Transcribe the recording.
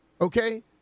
okay